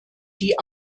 die